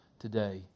Today